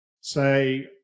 say